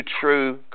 true